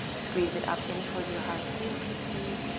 squeeze it up in towards your heart. squeeze, squeeze, squeeze.